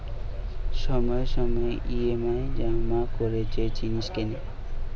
সময়ে সময়ে ই.এম.আই জমা করে যে জিনিস কেনে